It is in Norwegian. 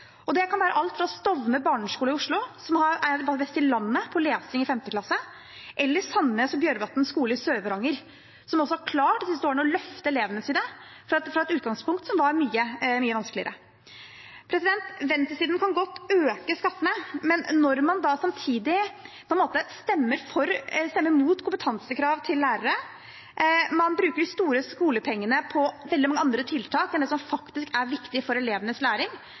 Det kan være alt fra Stovner barneskole i Oslo, som er en av de beste i landet på lesing i 5. klasse, til Sandnes og Bjørnevatn skole i Sør-Varanger, som de siste årene har klart å løfte elevene sine fra et utgangspunkt som var mye, mye vanskeligere. Venstresiden kan godt øke skattene, men stemmer samtidig imot kompetansekrav til lærere og bruker de store skolepengene på veldig mange andre tiltak enn det som faktisk er viktig for elevenes læring,